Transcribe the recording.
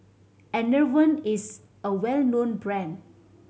Enervon is a well known brand